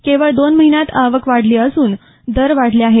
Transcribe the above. केवळ दोन महिन्यात आवक वाढली असुन दर वाढले आहे